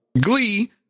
glee